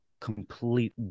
complete